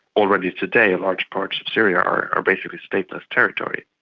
already today large parts of syria are are basically stateless territory.